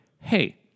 Hey